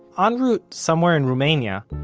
um route, somewhere in romania,